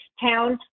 town